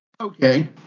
Okay